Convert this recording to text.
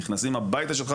נכנסים הביתה שלך,